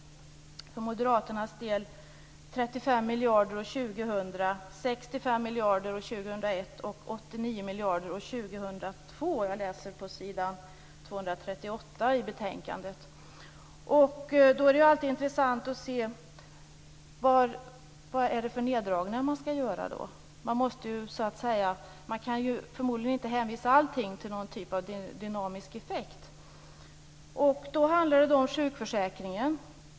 För Moderaternas del handlar det om 35 miljarder år 2000, 65 miljarder år 2001 och 89 miljarder år 2002. Det läser jag på s. 238 i betänkandet. Då är det alltid intressant att se vad det är för neddragningar man skall göra. Man kan ju förmodligen inte hänvisa allting till någon typ av dynamisk effekt. Då handlar det om sjukförsäkringen.